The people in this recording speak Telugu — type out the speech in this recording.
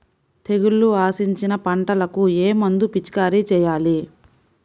తెగుళ్లు ఆశించిన పంటలకు ఏ మందు పిచికారీ చేయాలి?